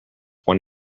one